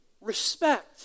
respect